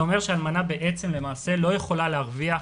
זה אומר שאלמנה בעצם למעשה לא יכולה להרוויח